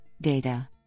data